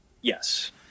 Yes